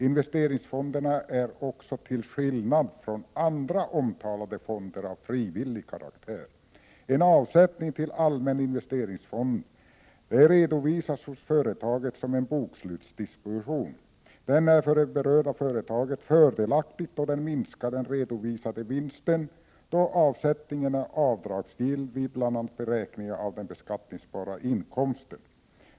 Investeringsfonderna är också till skillnad från andra omtalade fonder av frivillig karaktär. En avsättning till allmän investeringsfond redovisas hos företaget som en bokslutsdisposition. Den är för det berörda företaget fördelaktig då den minskar den redovisade vinsten, eftersom avsättningen är avdragsgill vid bl.a. beräkningen av den beskattningsbara inkomsten.